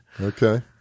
Okay